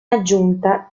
aggiunta